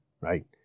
right